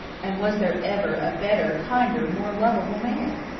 and was there ever a better, kinder, more lovable man?